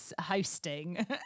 Hosting